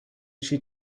she